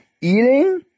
eating